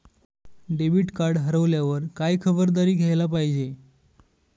Debit card हरवल्यावर काय खबरदारी घ्यायला पाहिजे?